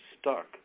stuck